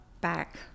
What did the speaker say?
back